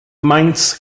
mainz